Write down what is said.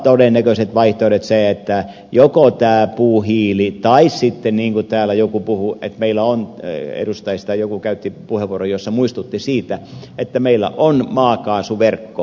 todennäköiset vaihtoehdothan ovat joko puuhiili tai niin kuin täällä joku edustajista puheenvuorossaan muistutti siitä että meillä on maakaasuverkko